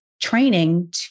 training